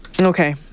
Okay